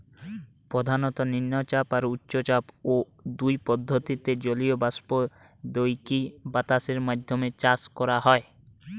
প্রধানত নিম্নচাপ আর উচ্চচাপ, ঔ দুই পদ্ধতিরে জলীয় বাষ্প দেইকি বাতাসের মাধ্যমে চাষ করা হয়